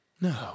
No